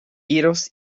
iros